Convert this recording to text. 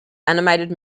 animated